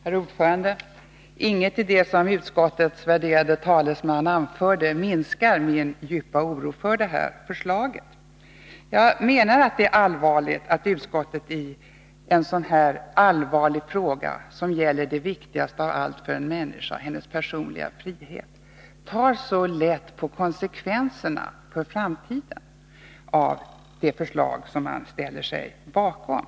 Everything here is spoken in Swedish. Herr talman! Inget i det som utskottets värderade talesman anförde minskar min djupa oro för det här förslaget. Det är allvarligt att utskottet i en fråga som gäller det viktigaste av allt för en människa, hennes personliga frihet, tar så lätt på konsekvenserna för framtiden av det förslag som man ställer sig bakom.